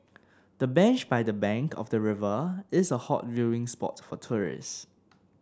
the bench by the bank of the river is a hot viewing spot for tourists